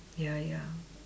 ya ya